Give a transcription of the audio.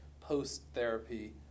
post-therapy